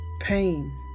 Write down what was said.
Pain